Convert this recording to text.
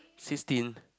sixteen